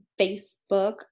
Facebook